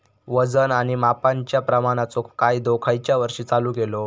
वजन आणि मापांच्या प्रमाणाचो कायदो खयच्या वर्षी चालू केलो?